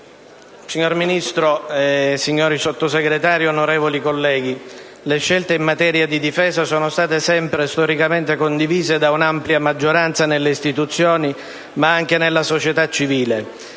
Signor Ministro, signori Sottosegretari, onorevoli colleghi, le scelte in materia di difesa sono state sempre e storicamente condivise da un'ampia maggioranza nelle istituzioni, ma anche nella società civile.